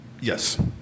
Yes